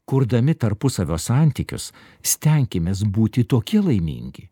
kurdami tarpusavio santykius stenkimės būti tokie laimingi